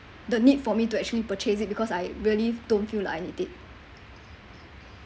the need for me to actually purchase it because I really don't feel like I need it